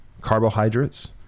carbohydrates